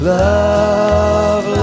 love